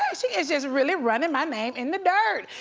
yeah she is is really running my name in the dirt.